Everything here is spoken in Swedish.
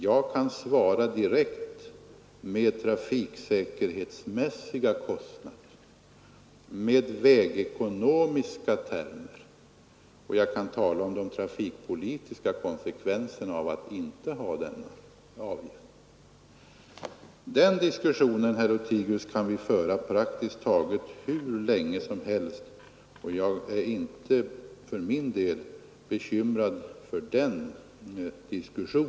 Jag kan svara direkt med trafiksäkerhetsmässiga kostnader eller med vägekonomiska termer, och jag har talat om de trafikpolitiska konsekvenserna av denna avgift. Den diskussionen kan vi föra praktiskt taget hur länge som helst, herr Lothigius. Jag är för min del inte alls bekymrad för den debatten.